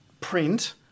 print